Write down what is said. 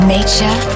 Nature